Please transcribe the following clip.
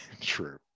True